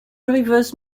rivers